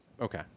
Okay